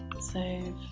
say